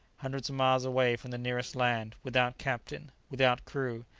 hundreds of miles away from the nearest land, without captain, without crew,